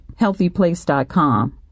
HealthyPlace.com